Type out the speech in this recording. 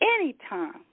Anytime